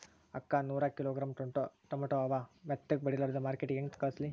ಅಕ್ಕಾ ನೂರ kilogram tomato ಅವ, ಮೆತ್ತಗಬಡಿಲಾರ್ದೆ ಮಾರ್ಕಿಟಗೆ ಹೆಂಗ ಕಳಸಲಿ?